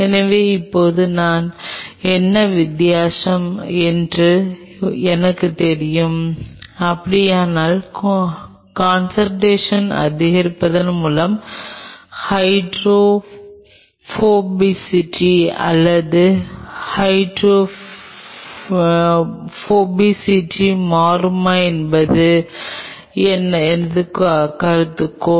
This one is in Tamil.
எனவே இப்போது என்ன வித்தியாசம் என்று எனக்குத் தெரியும் அப்படியானால் கான்செண்ட்ரஷன் அதிகரிப்பதன் மூலம் ஹைட்ரோபோபசிட்டி அல்லது ஹைட்ரோபோபசிட்டி மாறுமா என்பது எனது கருதுகோள்